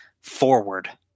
forward